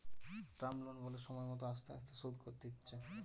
term loan বলে সময় মত আস্তে আস্তে শোধ করতে হচ্ছে